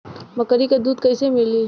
बकरी क दूध कईसे मिली?